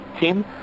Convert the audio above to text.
team